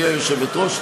גברתי היושבת-ראש,